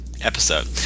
Episode